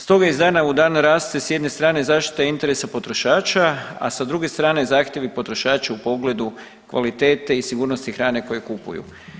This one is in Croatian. Stoga iz dana u dan raste s jedne strane zaštita interesa potrošača, a sa druge strane zahtjevi potrošača u pogledu kvalitete i sigurnosti hrane koju kupuju.